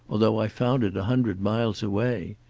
though i found it a hundred miles away.